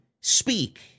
speak